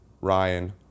Ryan